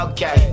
Okay